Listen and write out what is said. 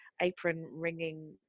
apron-ringing